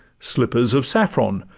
slippers of saffron,